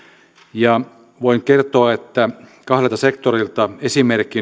ja voin kertoa kahdelta sektorilta esimerkin